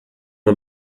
uma